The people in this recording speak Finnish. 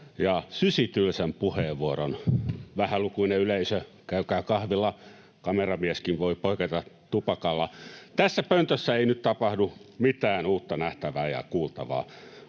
ja sysitylsän puheenvuoron. Vähälukuinen yleisö, käykää kahvilla. Kameramieskin voi poiketa tupakalla. Tässä pöntössä ei nyt tapahdu mitään uutta nähtävää ja kuultavaa.